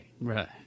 right